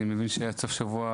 אני מבין שעד סוף שבוע